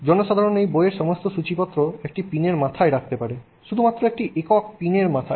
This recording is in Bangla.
জনসাধারণ এই বইয়ের সমস্ত সূচিপত্র একটি পিনের মাথায় রাখতে পারে শুধুমাত্র একটি একক দিনের মাথায়